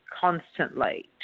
constantly